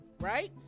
Right